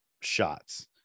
shots